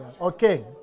Okay